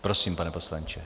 Prosím, pane poslanče.